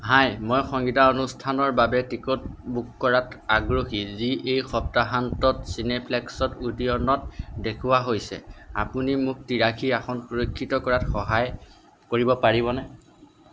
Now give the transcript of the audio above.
হাই মই সংগীতানুষ্ঠানৰ বাবে টিকট বুক কৰাত আগ্ৰহী যি এই সপ্তাহান্তত চিনেপ্লেক্সত ওডিয়নত দেখুওৱা হৈছে আপুনি মোক তিৰাশী আসন সুৰক্ষিত কৰাত সহায় কৰিব পাৰিবনে